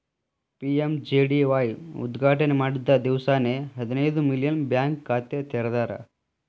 PMJDY ಉದ್ಘಾಟನೆ ಮಾಡಿದ್ದ ದಿವ್ಸಾನೆ ಹದಿನೈದು ಮಿಲಿಯನ್ ಬ್ಯಾಂಕ್ ಖಾತೆ ತೆರದಾರ್